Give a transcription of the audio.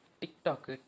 TikTok